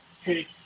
hey